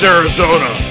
Arizona